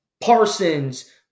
Parsons